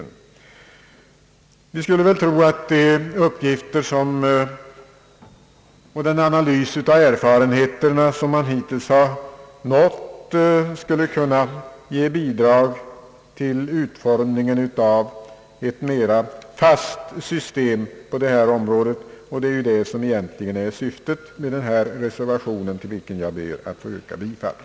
Vi skulle tro att en analys av de erfarenheter man hittills har fått skulle kunna ge bidrag till utformningen av ett mera fast system på detta område, och det är ju det som egentligen är syftet med denna reservation. Herr talman! Jag yrkar bifall till reservationen.